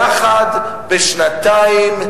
ויחד בשנתיים,